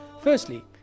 firstly